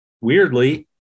Weirdly